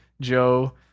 Joe